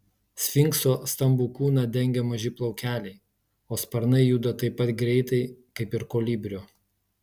sfinkso stambų kūną dengia maži plaukeliai o sparnai juda taip pat greitai kaip ir kolibrio